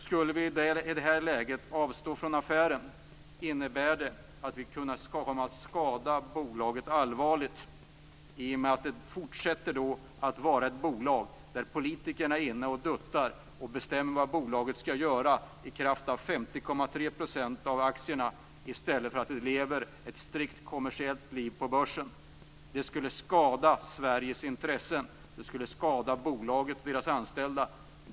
Skulle vi i det här läget avstå från affären, innebär det att vi kommer att skada bolaget allvarligt. Det fortsätter då att vara ett bolag där politikerna kan gå in och dutta i kraft av 50,3 % av aktierna och bestämma om vad det skall göra, i stället för att det kan leva ett strikt kommersiellt liv på börsen. Det skulle skada Sveriges intressen och bolaget och dess anställda.